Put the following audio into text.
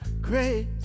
grace